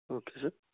okay sir